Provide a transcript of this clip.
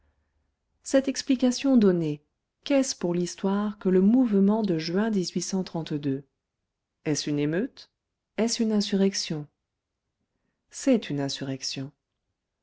cette explication donnée qu'est-ce pour l'histoire que le mouvement de juin est-ce une émeute est-ce une insurrection c'est une insurrection